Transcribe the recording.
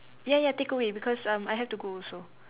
ya ya take away because um I have to go also